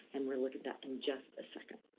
and we'll look at that in just a second.